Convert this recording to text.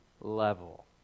level